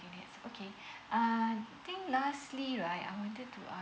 minutes okay I think lastly right I wanted to ask